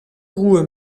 ruhe